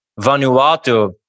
Vanuatu